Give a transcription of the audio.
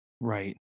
right